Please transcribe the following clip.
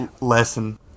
lesson